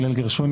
הלל גרשוני,